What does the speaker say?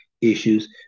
issues